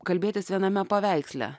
kalbėtis viename paveiksle